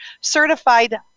certified